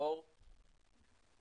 יש